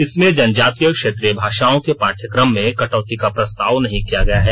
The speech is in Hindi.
इसमें जनजातीय क्षेत्रीय भाषाओं के पाठ्यक्रम में कटौती का प्रस्ताव नहीं किया गया है